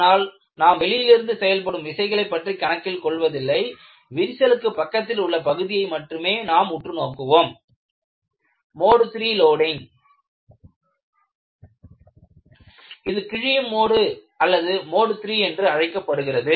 ஆனால் நாம் வெளியிலிருந்து செயல்படும் விசைகளை பற்றி கணக்கில் கொள்வதில்லை விரிசலுக்கு பக்கத்தில் உள்ள பகுதியை மட்டுமே நாம் உற்று நோக்குவோம் Mode III loading mode III loading இது கிழியும் மோடு அல்லது மோடு III என்றும் அழைக்கப்படுகிறது